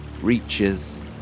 reaches